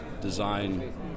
design